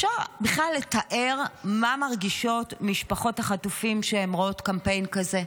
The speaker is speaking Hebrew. אפשר בכלל לתאר מה מרגישות משפחות החטופים כשהן רואות קמפיין כזה?